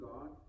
God